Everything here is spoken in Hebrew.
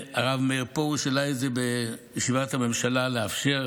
והרב מאיר פרוש העלה את זה בישיבת הממשלה, לאפשר